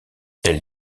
elle